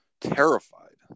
terrified